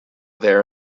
there